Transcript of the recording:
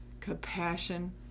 Compassion